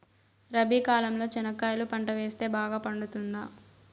రబి కాలంలో చెనక్కాయలు పంట వేస్తే బాగా పండుతుందా?